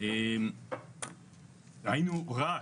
היינו "רק"